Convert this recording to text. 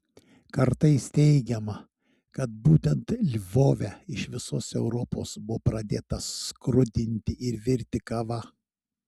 kartais teigiama kad būtent lvove iš visos europos buvo pradėta skrudinti ir virti kava